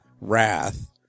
Wrath